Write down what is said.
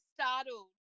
startled